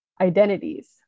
identities